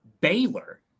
Baylor